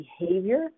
behavior